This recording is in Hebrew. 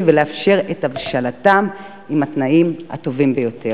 ולאפשר את הבשלתם בתנאים הטובים ביותר.